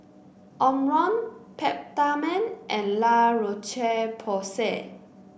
Omron Peptamen and La Roche Porsay